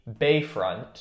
Bayfront